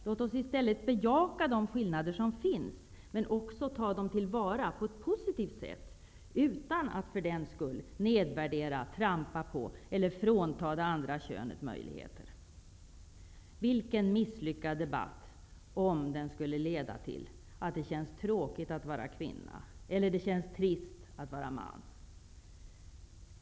Låt oss i stället bejaka de skillnader som finns och ta till vara dem på ett positivt sätt utan att för den skull nedvärdera, trampa på eller frånta det andra könet möjligheter. Det skulle vara en misslyckad debatt om den skulle leda till att det skulle kännas tråkigt att vara kvinna eller trist att vara man.